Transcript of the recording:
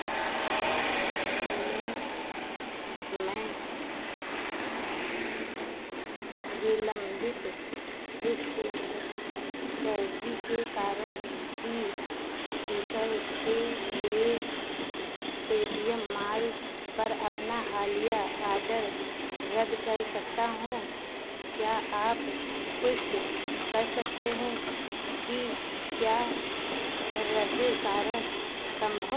में मैं विलंबित पुष्ट के कारण डी टी शल्ट के लिए पेटीएम माल पर अपना हालिया आडर रद्द कर सकता हूँ क्या आप पुष्टि कर सकते हैं की क्या रद्दीकरण संभव